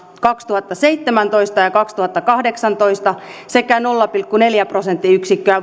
kaksituhattaseitsemäntoista ja kaksituhattakahdeksantoista sekä nolla pilkku neljä prosenttiyksikköä